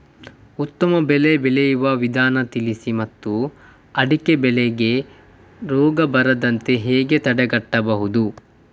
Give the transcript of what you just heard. ಉತ್ತಮ ಬೆಳೆ ಬೆಳೆಯುವ ವಿಧಾನ ತಿಳಿಸಿ ಮತ್ತು ಅಡಿಕೆ ಬೆಳೆಗೆ ರೋಗ ಬರದಂತೆ ಹೇಗೆ ತಡೆಗಟ್ಟಬಹುದು?